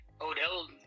Odell